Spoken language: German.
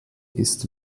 ist